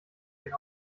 den